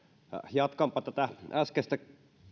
jatkanpa äskeistä